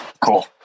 Cool